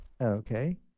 okay